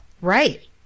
Right